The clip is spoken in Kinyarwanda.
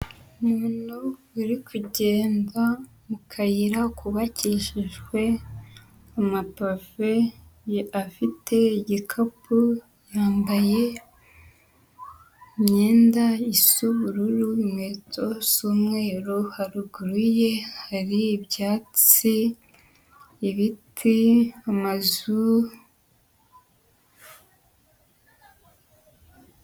Umuntu uri kugenda mu kayira kubakishijwe amapave afite igikapu, yambaye imyenda isa ubururu, inkweto z'umweru, haruguru ye hari ibyatsi, ibiti, amazu...